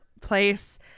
place